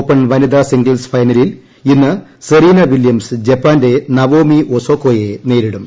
open വനിതാ singles ഫൈനലിൽ ഇന്ന് സെറീന വിലൃംസ് ജപ്പാന്റെ നവോമി ഒസാക്കോയെ നേരിടും